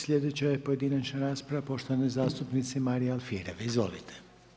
Sljedeća je pojedinačna rasprava poštovane zastupnice Marije Alfirev, izvolite.